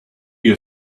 you